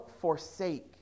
forsake